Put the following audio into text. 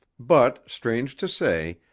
but strange to say,